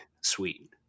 sweet